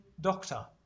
doctor